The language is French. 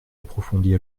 approfondies